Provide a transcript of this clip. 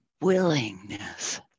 willingness